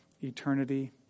eternity